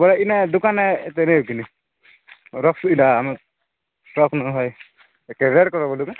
ବ ଇନେ ଦୁକାନେ ରେଟ୍ କିନି ର ଅସୁବିଧା ଆମ ଷ୍ଟକ୍ ନ ହଏ ରେଡ଼୍ କଲର୍ ବୋଲିବେ